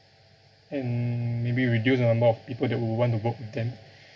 and maybe reduce the number of people that would want to vote for them